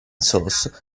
source